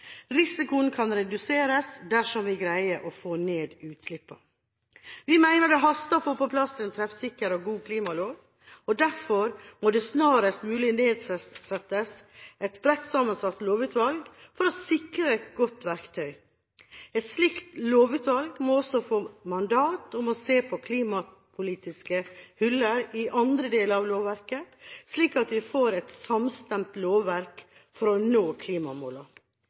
Risikoen kan reduseres dersom vi greier å få ned utslippene. Vi mener det haster å få på plass en treffsikker og god klimalov. Derfor må det snarest mulig nedsettes et bredt sammensatt lovutvalg for å sikre et godt verktøy. Et slikt lovutvalg må også få som mandat å se på klimapolitiske «huller» i andre deler av lovverket, slik at vi får et samstemt lovverk for å nå